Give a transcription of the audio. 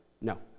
No